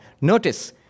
Notice